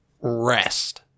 Rest